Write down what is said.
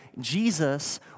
Jesus